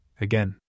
again